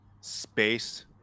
space